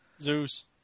Zeus